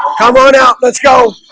come on out. let's go